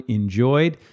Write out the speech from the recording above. enjoyed